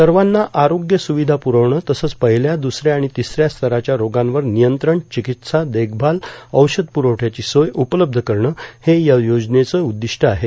सर्वांना आरोग्य सुविधा पुरवणं तसंच पहिल्या दुसऱ्या आणि तिसऱ्या स्तराच्या रोगांवर नियंत्रण चिकित्सा देखभाल औषध पुरवठ्याची सोय उपलब्ध करणं हे या योजनेचं उद्दिष्ट आहे